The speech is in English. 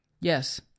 yes